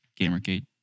Gamergate